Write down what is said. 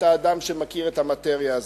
אתה אדם שמכיר את המאטריה הזו,